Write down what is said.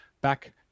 back